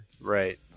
Right